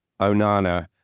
Onana